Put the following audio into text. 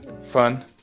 fun